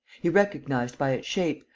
he recognized by its shape,